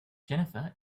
jennifer